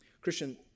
Christian